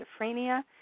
schizophrenia